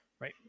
right